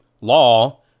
law